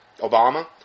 Obama